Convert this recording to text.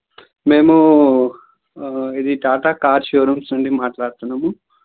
మేము ఇది Tata car showrooms నుండి మాట్లాడుతున్నము